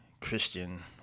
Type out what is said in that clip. christian